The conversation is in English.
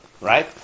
right